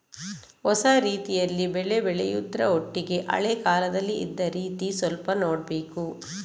ಹೊಸ ರೀತಿಯಲ್ಲಿ ಬೆಳೆ ಬೆಳೆಯುದ್ರ ಒಟ್ಟಿಗೆ ಹಳೆ ಕಾಲದಲ್ಲಿ ಇದ್ದ ರೀತಿ ಸ್ವಲ್ಪ ನೋಡ್ಬೇಕು